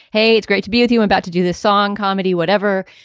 hey, it's great to be with you, i'm about to do this song, comedy, whatever.